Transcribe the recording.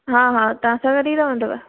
हा तव्हां सां गॾ ई रहंदव